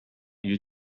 you